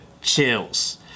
chills